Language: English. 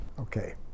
Okay